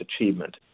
achievement